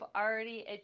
already